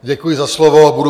Děkuji za slovo.